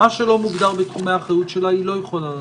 מה שלא מוגדר בתחומי האחריות שלה היא לא יכולה לעשות.